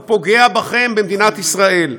הוא פוגע בכם, במדינת ישראל.